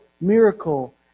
miracle